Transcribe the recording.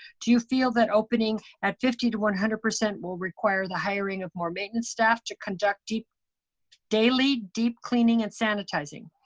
do you feel that opening at fifty to one hundred percent will require the hiring of more maintenance staff to conduct daily, deep cleaning and sanitizing?